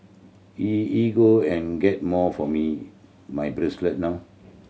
E ego and get more for me my bracelet now